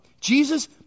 Jesus